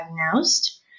diagnosed